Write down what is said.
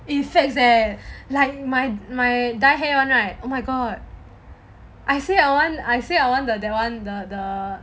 eh facts eh like my mu dye hair [one] right oh my god I say I want the that [one] the the